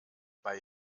bei